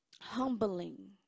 humbling